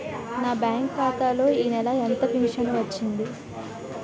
నా బ్యాంక్ ఖాతా లో ఈ నెల ఎంత ఫించను వచ్చింది?